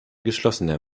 geschlossener